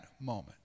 moment